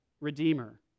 redeemer